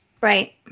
Right